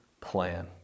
plan